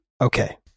Okay